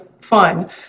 fun